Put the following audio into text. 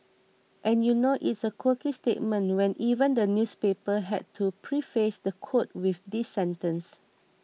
and you know it's a quirky statement when even the newspaper had to preface the quote with this sentence